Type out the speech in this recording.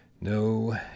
No